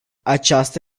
aceasta